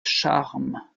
charmes